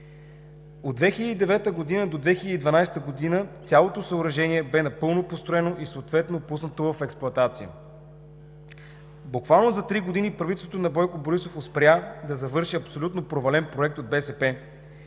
От 2009 г. до 2012 г. цялото съоръжение бе напълно построено и съответно пуснато в експлоатация. Буквално за три години правителството на Бойко Борисов успя да завърши абсолютно провален проект от БСП,